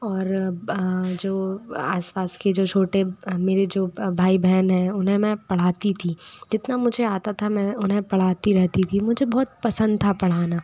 और अब जो आस पास के जो छोटे मेरे जो भाई बहन हैं उन्हें मैं पढ़ाती थी कितना मुझे आता था मैं उन्हें पढ़ाती रहती थी मुझे बहुत पसंद था पढ़ाना